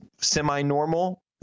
semi-normal